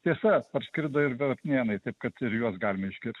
tiesa parskrido ir varnėnai taip kad ir juos galima išgirs